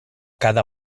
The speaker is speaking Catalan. cada